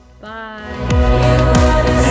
Bye